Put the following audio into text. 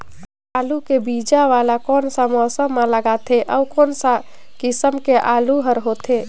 आलू के बीजा वाला कोन सा मौसम म लगथे अउ कोन सा किसम के आलू हर होथे?